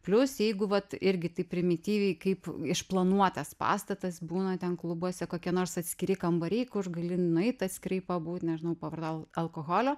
plius jeigu vat irgi taip primityviai kaip išplanuotas pastatas būna ten klubuose kokie nors atskiri kambariai kur gali nueit atskirai pabūt nežinau pavartot alkoholio